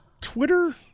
Twitter